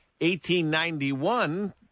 1891